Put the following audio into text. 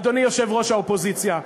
אדוני יושב-ראש האופוזיציה.